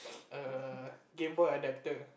err GameBoy adapter